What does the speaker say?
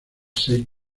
seis